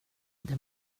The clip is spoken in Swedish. det